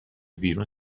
بیرون